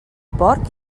porc